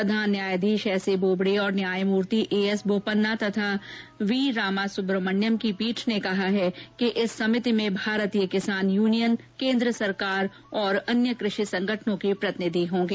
प्रधान न्यायाधीश एसएबोबडे और न्यायमूर्ति एएसबोपन्ना तथा वी रामासुब्रामणयन की पीठ ने कहा है कि इस समिति में भारतीय किसान युनियन भारत सरकार और अन्य कृषि संगठनों के प्रतिनिधि होंगे